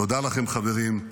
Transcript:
תודה לכם, חברים.